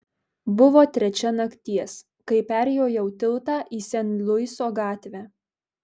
buvo trečia nakties kai perjojau tiltą į sen luiso gatvę